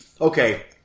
Okay